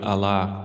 Allah